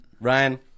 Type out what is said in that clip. Ryan